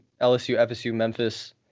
LSU-FSU-Memphis